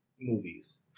movies